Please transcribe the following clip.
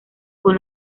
con